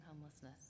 homelessness